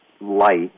light